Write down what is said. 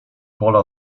pola